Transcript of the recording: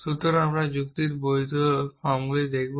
সুতরাং আমরা যুক্তির বৈধ ফর্মগুলি দেখব